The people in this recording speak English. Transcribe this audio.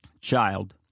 child